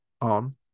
on